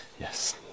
Yes